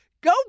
go